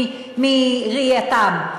מראייתם.